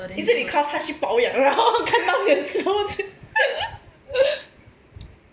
is it because 他去保养然后看到你的时候就